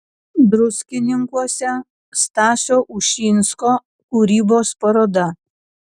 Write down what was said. druskininkuose stasio ušinsko kūrybos paroda